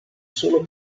solo